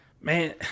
Man